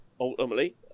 ultimately